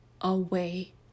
away